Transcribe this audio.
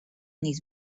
these